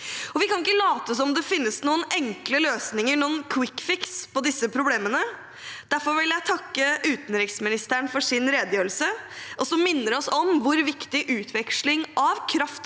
Vi kan ikke late som om det finnes noen enkle løsninger – noen kvikkfiks – på disse problemene. Derfor vil jeg takke utenriksministeren for hennes redegjørelse, som minner oss om hvor viktig utveksling av kraft og